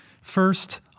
First